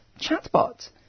chatbot